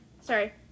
Sorry